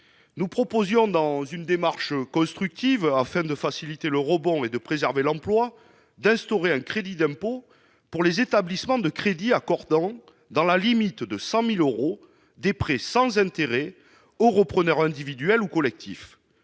nous proposions dans une démarche constructive, afin de faciliter le rebond et de préserver l'emploi, d'instaurer un crédit d'impôt pour les établissements de crédit accordant, dans la limite de 100 000 euros, des prêts sans intérêts aux repreneurs individuels ou collectifs.